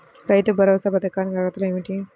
రైతు భరోసా పథకానికి అర్హతలు ఏమిటీ?